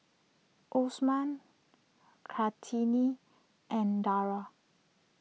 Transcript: Osman Kartini and Dara